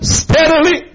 steadily